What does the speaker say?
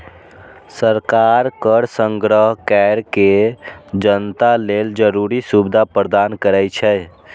सरकार कर संग्रह कैर के जनता लेल जरूरी सुविधा प्रदान करै छै